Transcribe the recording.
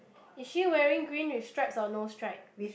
is she wearing green with stripes or no stripe